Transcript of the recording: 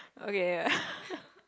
okay